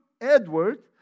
Edward